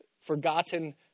forgotten